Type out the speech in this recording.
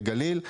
על גליל,